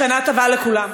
שנה טובה לכולם.